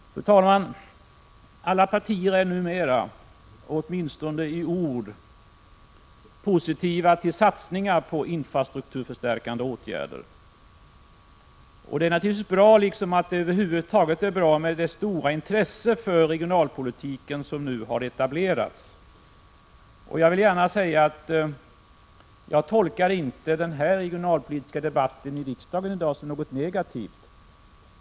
Fru talman! Alla partier är numera, åtminstone i ord, positiva till satsningar på infrastrukturförstärkande åtgärder. Det är naturligtvis bra, liksom det över huvud taget är bra med det intresse för regionalpolitiken som nu har etablerats. Jag tolkar inte den här regionalpolitiska debatten i riksdagen i dag som något negativt.